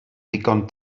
ddigon